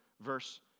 verse